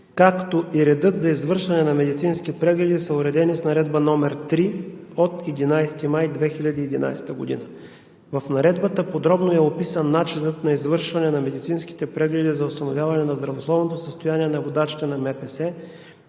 както и редът за извършване на медицински прегледи са уредени с Наредба № 3 от 11 май 2011 г. В Наредбата подробно е описан начинът на извършване на медицинските прегледи за установяване на здравословното състояние на водачите на МПС